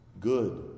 good